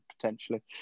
potentially